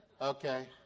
Okay